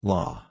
Law